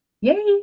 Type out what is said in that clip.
Yay